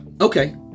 Okay